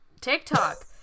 tiktok